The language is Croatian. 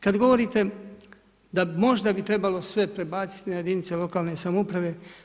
Kad govorite da možda bi trebalo sve prebaciti na jedinice lokalne samouprave.